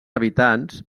habitants